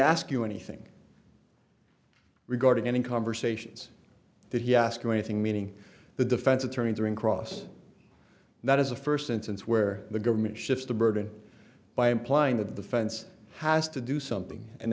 ask you anything regarding any conversations that he asked anything meaning the defense attorney during cross that is the first instance where the government shifts the burden by implying that the fence has to do something and